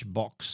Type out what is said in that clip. box